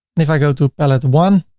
if i go to palette one,